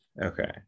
okay